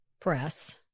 press